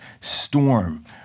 storm